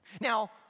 Now